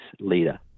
leader